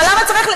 אבל למה צריך,